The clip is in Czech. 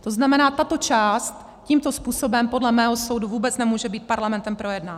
To znamená, tato část tímto způsobem podle mého soudu vůbec nemůže být Parlamentem projednána.